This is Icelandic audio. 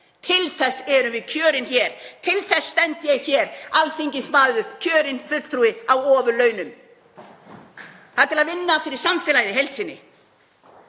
Til þess erum við kjörin hér. Til þess stend ég hér, alþingismaður, kjörinn fulltrúi á ofurlaunum. Það er til að vinna fyrir samfélagið í heild sinni,